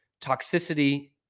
toxicity